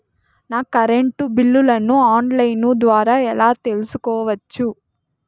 నా కరెంటు బిల్లులను online ద్వారా ఎలా తెలుసుకోవచ్చు?